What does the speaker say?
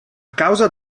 causa